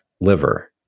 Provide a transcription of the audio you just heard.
liver